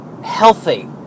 healthy